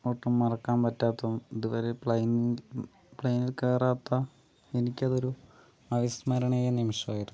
ഒട്ടും മറക്കാൻ പറ്റാത്തതും ഇതുവരെ പ്ലെയിനിൽ കയറാത്ത എനിക്കതൊരു അവിസ്മരണീയ നിമിഷമായിരുന്നു